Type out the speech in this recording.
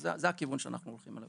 אז זה הכיוון שאנחנו הולכים אליו,